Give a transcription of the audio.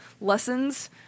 lessons